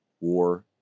War